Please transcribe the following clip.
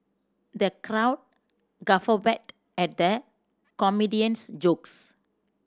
the crowd guffawed at the comedian's jokes